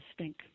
stink